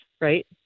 right